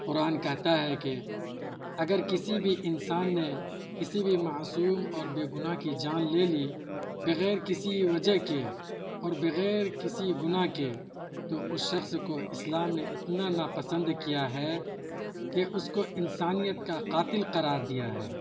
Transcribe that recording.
قرآن کہتا ہے کہ اگر کسی بھی انسان نے کسی بھی معصوم اور بے گناہ کی جان لے لی بغیر کسی وجہ کے اور بغیر کسی گناہ کے تو اس شخص کو اسلام نے اتنا ناپسند کیا ہے کہ اس کو انسانیت کو قاتل قرار دیا ہے